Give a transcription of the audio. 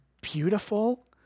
beautiful